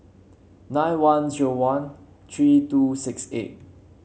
nine one zero one three two six eight